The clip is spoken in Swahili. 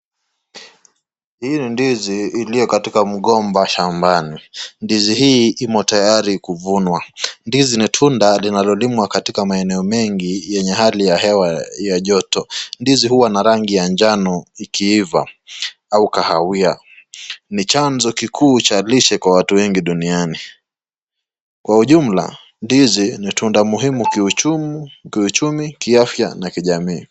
Hii ni ndizi iliyo katika mgomba shambani. Ndizi hii imo tayari kuvunwa. Ndizi ni tunda linalolimwa katika maeneo mengi yenye hali ya hewa ya joto. Ndizi huwa na rangi ya njano ikiiva au kahawia. Ni chanzo kikuu cha lishe kwa watu wengi duniani. Kwa ujumla ndizi ni tunda muhimu kiuchumi, kiafya na kijamii.